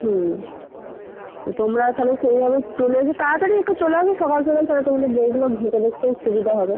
হুম তো তোমরা তাহলে সেইভাবে চলে এসো তাড়াতাড়ি একটু চলে এসো সকাল সকাল তাহলে তোমাদের বইগুলো ঘেঁটে দেখতেও সুবিধা হবে